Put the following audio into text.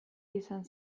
izan